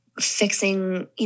fixing